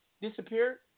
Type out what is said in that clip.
disappeared